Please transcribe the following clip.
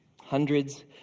Hundreds